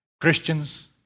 Christians